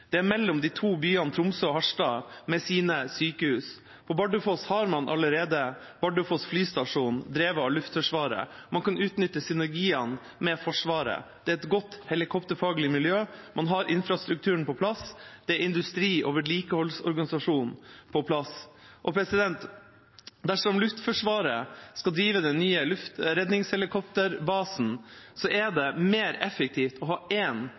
i Troms, mellom de to byene Tromsø og Harstad, med sine sykehus. På Bardufoss har man allerede Bardufoss flystasjon, drevet av Luftforsvaret. Man kan utnytte synergiene med Forsvaret. Det er et godt helikopterfaglig miljø, man har infrastrukturen på plass, og det er industri og vedlikeholdsorganisasjon på plass. Dersom Luftforsvaret skal drive den nye luftredningshelikopterbasen, er det mer effektivt å ha